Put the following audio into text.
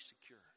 secure